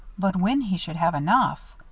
but when he should have enough!